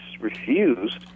refused